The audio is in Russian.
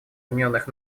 объединенных